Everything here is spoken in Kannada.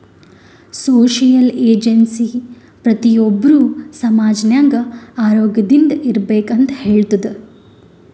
ಸೋಶಿಯಲ್ ಏಜೆನ್ಸಿ ಪ್ರತಿ ಒಬ್ಬರು ಸಮಾಜ ನಾಗ್ ಆರೋಗ್ಯದಿಂದ್ ಇರ್ಬೇಕ ಅಂತ್ ಹೇಳ್ತುದ್